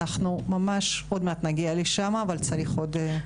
אנחנו ממש עוד מעט נגיע לשם אבל צריך עוד.